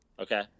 Okay